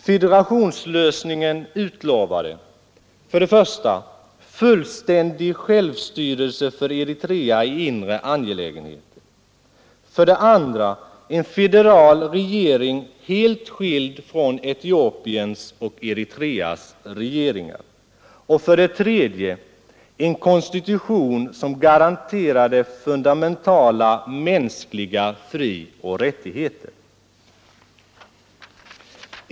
Federationslösningen utlovade: 2. en federal regering helt skild från Etiopiens och Eritreas regeringar, 3. en konstitution som garanterade fundamentala mänskliga frioch rättigheter.